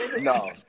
No